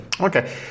okay